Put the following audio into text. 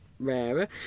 rarer